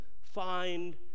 find